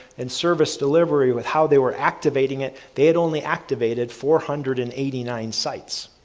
and service delivery with how they were activating it, they'd only activated four hundred and eighty nine sites.